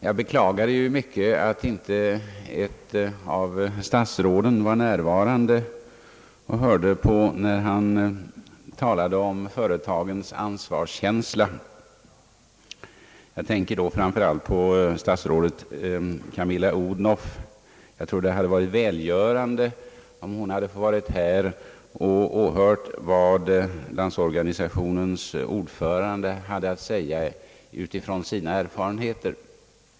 Jag beklagar mycket att inte ett av statsråden var närvarande och hörde på när han talade om företagens ansvarskänsla. Jag tänker då på statsrådet Camilla Odhnoff. Jag tror att det hade varit välgörande om hon hade varit närvarande och åhört vad landsorganisationens ordförande hade att säga utifrån sina erfarenheter.